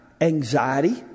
Anxiety